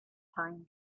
pine